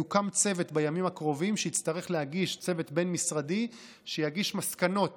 יוקם בימים הקרובים צוות בין-משרדי ויגיש מסקנות